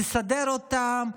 לסדר אותם.